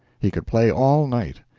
he could play all night.